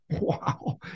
Wow